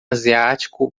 asiático